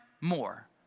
more